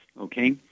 okay